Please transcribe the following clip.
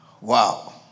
Wow